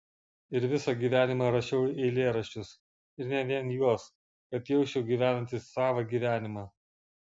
ir visą gyvenimą rašiau eilėraščius ir ne vien juos kad jausčiau gyvenantis savą gyvenimą